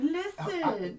listen